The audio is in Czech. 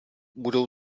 budou